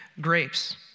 grapes